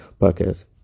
podcast